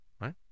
right